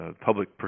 public